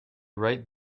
right